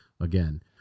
again